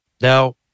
Now